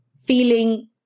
feeling